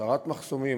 הסרת מחסומים,